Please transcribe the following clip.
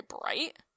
bright